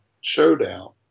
showdown